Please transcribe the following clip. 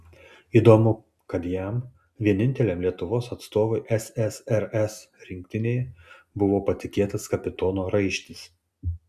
įdomu kad jam vieninteliam lietuvos atstovui ssrs rinktinėje buvo patikėtas kapitono raištis